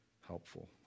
helpful